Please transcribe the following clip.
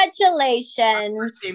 Congratulations